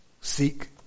seek